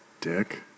Dick